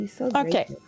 Okay